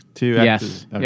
Yes